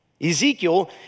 Ezekiel